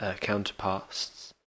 counterparts